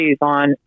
on